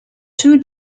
two